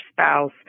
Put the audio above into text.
spouse